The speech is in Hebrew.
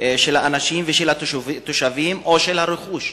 האנשים ושל התושבים או לרכוש,